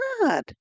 God